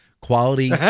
quality